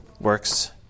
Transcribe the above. works